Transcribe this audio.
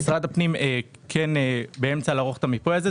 משרד הפנים נמצא באמצע עריכת המיפוי הזה.